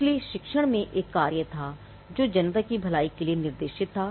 इसलिए शिक्षण में एक कार्य था जो जनता की भलाई के लिए निर्देशित था